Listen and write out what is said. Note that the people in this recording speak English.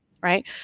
right